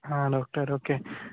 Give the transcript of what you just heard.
आं doctor okay